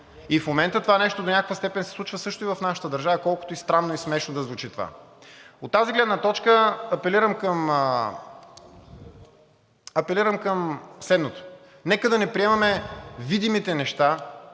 И в момента това нещо до някаква степен се случва също в нашата държава, колкото странно и смешно да звучи това. От тази гледна точка апелирам към следното: нека да не приемаме видимите неща